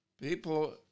People